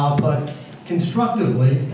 but constructively,